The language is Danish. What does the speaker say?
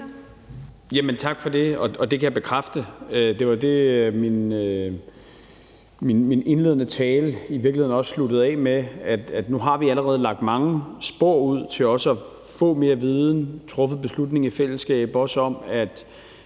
tak for det. Og det kan jeg bekræfte. Det var det, min indledende tale i virkeligheden også sluttede af med, altså at nu har vi allerede lagt mange spor ud i forhold til også at få mere viden og få truffet beslutningen i fællesskab, også om, at